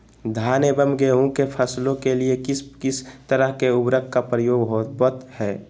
धान एवं गेहूं के फसलों के लिए किस किस तरह के उर्वरक का उपयोग होवत है?